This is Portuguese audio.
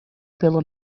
pelo